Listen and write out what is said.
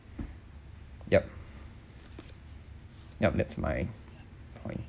yup yup that's my point